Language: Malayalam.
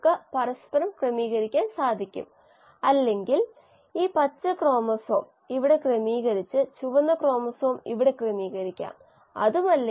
ഗണിതശാസ്ത്രപരമായി ഇതിനെ പ്രതിനിധീകരിക്കുന്നതിനുള്ള ഒരു മാർഗമുണ്ട് ഇതൊരു ചതുരാകൃതിയിലുള്ള ഹൈപ്പർബോളയാണ് അതിനാൽ ചതുരാകൃതിയിലുള്ള ഹൈപ്പർബോള സമവാക്യം ഇത് ഉചിതമായി വിവരിക്കും ഇത് നമ്മൾ എടുക്കുന്ന സമവാക്യമാണ്